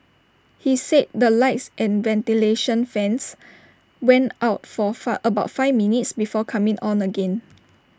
he said the lights and ventilation fans went out for far about five minutes before coming on again